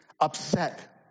upset